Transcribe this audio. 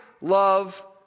love